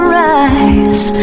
rise